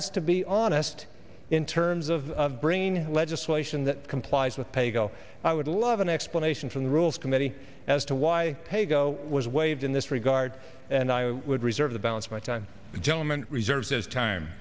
us to be honest in terms of bringing legislation that complies with paygo i would love an explanation from the rules committee as to why pay go was waived in this regard and i would reserve the balance of my time gentleman reserves as time